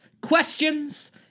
questions